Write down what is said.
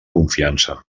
confiança